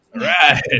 Right